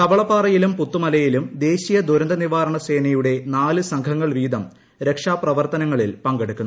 കവളപ്പാറയിലും പുത്തുമലയിലും ദേശീയ ദുരന്ത നിവ്ട്രൂണ സേനയുടെ നാല് സംഘങ്ങൾ വീതം രക്ഷാ പ്രവർത്തനങ്ങ്ളിൽ പങ്കെടുക്കുന്നു